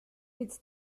its